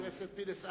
חבר הכנסת פינס,